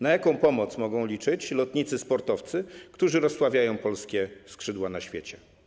Na jaką pomoc mogą liczyć lotnicy sportowcy, którzy rozsławiają polskie skrzydła na świecie?